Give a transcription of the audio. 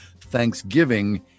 Thanksgiving